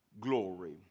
glory